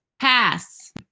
Pass